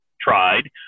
tried